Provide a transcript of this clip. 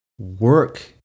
work